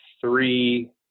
three